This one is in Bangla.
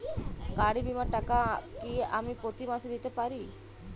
গাড়ী বীমার টাকা কি আমি প্রতি মাসে দিতে পারি?